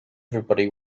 everybody